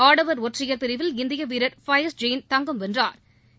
ஆடவா் ஒற்றையா் பிரிவில் இந்திய வீரர் பயஸ் ஜெயின் தங்கம் வென்றாா்